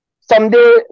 someday